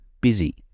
busy